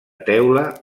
teula